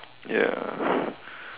ya